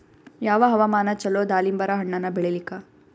ಯಾವ ಹವಾಮಾನ ಚಲೋ ದಾಲಿಂಬರ ಹಣ್ಣನ್ನ ಬೆಳಿಲಿಕ?